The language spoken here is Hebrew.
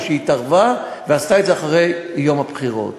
או שהתערבה ועשתה את זה אחרי יום הבחירות,